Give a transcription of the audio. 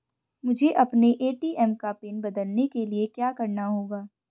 मुझे अपने ए.टी.एम का पिन बदलने के लिए क्या करना होगा?